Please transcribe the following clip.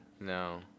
No